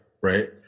right